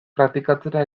praktikatzera